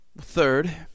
Third